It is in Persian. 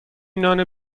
نان